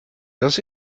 does